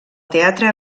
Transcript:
teatre